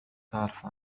تعرف